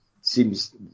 seems